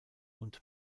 und